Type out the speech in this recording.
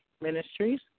Ministries